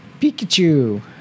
Pikachu